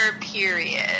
period